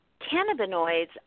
cannabinoids